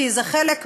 כי זה חלק,